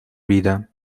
vida